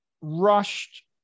rushed